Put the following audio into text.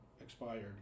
expired